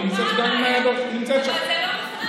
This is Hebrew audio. היא נמצאת שם.